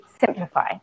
simplify